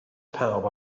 pawb